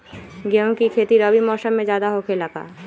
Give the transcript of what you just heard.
गेंहू के खेती रबी मौसम में ज्यादा होखेला का?